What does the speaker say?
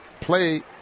play